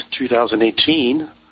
2018